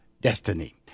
destiny